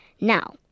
Now